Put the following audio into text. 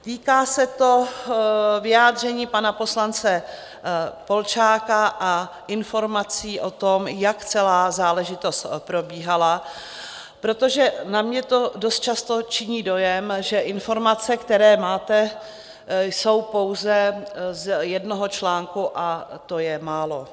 Týká se to vyjádření pana poslance Polčáka a informací o tom, jak celá záležitost probíhala, protože na mě to dost často činí dojem, že informace, které máte, jsou pouze z jednoho článku, a to je málo.